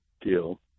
deal